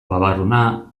babarruna